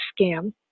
scam